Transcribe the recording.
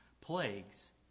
plagues